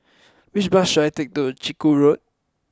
which bus should I take to Chiku Road